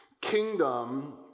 Kingdom